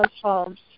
homes